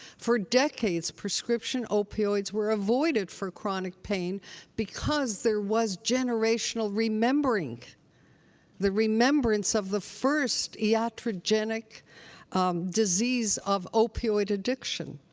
for decades, prescription opioids were avoided for chronic pain because there was generational remembering the remembrance of the first iatrogenic disease of opioid addiction.